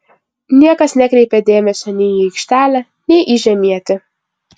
niekas nekreipė dėmesio nei į aikštelę nei į žemietį